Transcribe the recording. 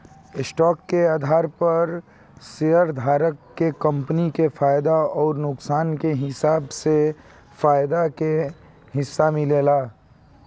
stock के आधार पर शेयरधारक के कंपनी के फायदा अउर नुकसान के हिसाब से फायदा के हिस्सा मिलेला